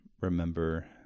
remember